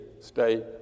state